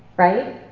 right?